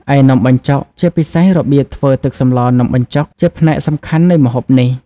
ឯនំបញ្ចុក ជាពិសេសរបៀបធ្វើទឹកសម្លរនំបញ្ចុក ជាផ្នែកសំខាន់នៃម្ហូបនេះ ។